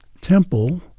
temple